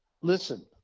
Listen